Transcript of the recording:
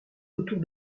autour